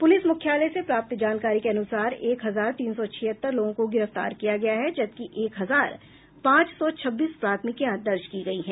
police मुख्यालय से प्राप्त जानकारी के अनुसार एक हजार तीन सौ छिहत्तर लोगों को गिरफ्तार किया गया है जबकि एक हजार पांच सौ छब्बीस प्राथमिकियां दर्ज की गयी हैं